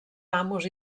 amos